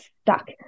stuck